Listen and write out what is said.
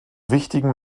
wichtigen